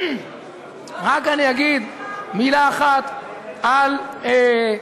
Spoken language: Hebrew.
לא סחטת בוועדת כספים?